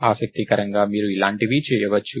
ఆసక్తికరంగా మీరు ఇలాంటివి చేయవచ్చు